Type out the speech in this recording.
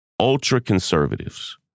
ultra-conservatives